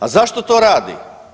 A zašto to radi?